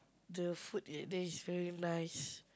the food at there is very nice